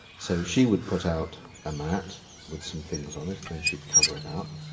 so she would put out a mat with some things on it, then she'd cover it up.